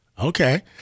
Okay